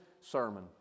sermon